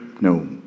no